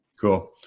Cool